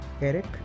Eric